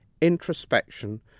introspection